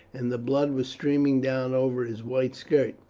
and the blood was streaming down over his white skirt.